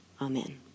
Amen